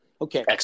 Okay